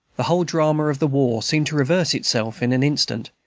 the whole drama of the war seemed to reverse itself in an instant,